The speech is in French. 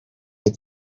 des